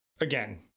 Again